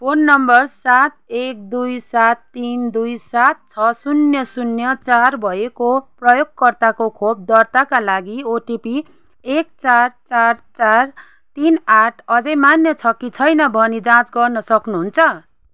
phone नम्बर सात एक दुई सात तिन दुई छ शून्य शून्य चार भएको भएको प्रयोगकर्ताको खोप दर्ताका लागि ओटिपी एक चार चार चार तिन आठ अझै मान्य छ कि छैन भनी जाँच गर्न सक्नुहुन्छ